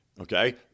okay